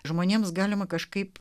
žmonėms galima kažkaip